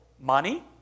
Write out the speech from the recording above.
money